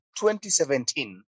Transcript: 2017